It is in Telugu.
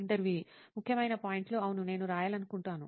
ఇంటర్వ్యూఈ ముఖ్యమైన పాయింట్లు అవును నేను రాయాలనుకుంటాను